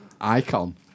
icon